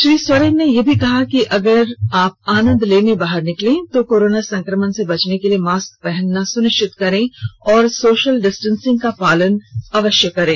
श्री सोरेन ने यह भी कहा कि अगर आप आनंद लेने बाहर निकलें तो कोरोना संक्रमण से बचने के लिए मास्क पहनना सुनिश्चित करें और सोशल डिस्टन्सिंग का पालन अवश्य करें